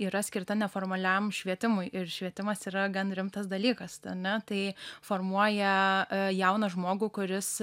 yra skirta neformaliam švietimui ir švietimas yra gan rimtas dalykas ane tai formuoja jauną žmogų kuris